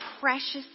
precious